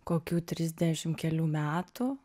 kokių trisdešimt kelių metų